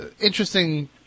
interesting